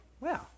Wow